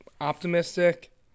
optimistic